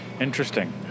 Interesting